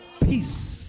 Peace